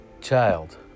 child